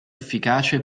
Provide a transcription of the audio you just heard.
efficace